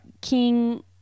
king